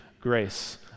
grace